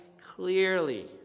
clearly